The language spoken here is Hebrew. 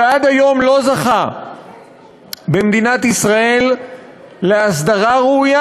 שעד היום לא זכה במדינת ישראל להסדרה ראויה